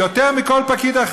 יותר מכל פקיד.